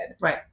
Right